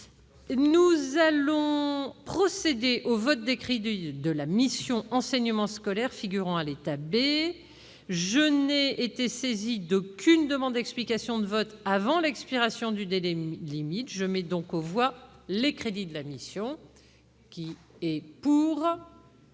Nous allons procéder au vote des crédits de la mission « Enseignement scolaire », figurant à l'état B. Je n'ai été saisie d'aucune demande d'explication de vote avant l'expiration du délai limite. Je mets aux voix ces crédits, modifiés.